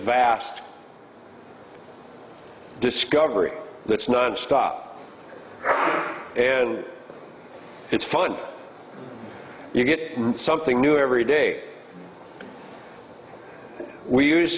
vast discovery let's not stop and it's fun you get something new every day we use